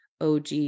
OG